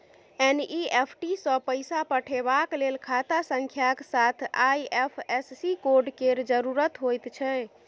NEFT सँ पैसा पठेबाक लेल खाता संख्याक साथ आई.एफ.एस.सी कोड केर जरुरत होइत छै